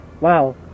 wow